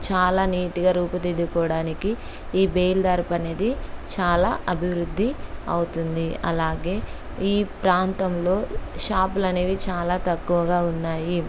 చాలా నీట్గా రూపుదిద్దుకోవడానికి ఈ బేయిల్దారపు అనేది చాలా అభివృద్ధి అవుతుంది అలాగే ఈ ప్రాంతంలో షాపులు అనేవి చాలా తక్కువగా ఉన్నాయి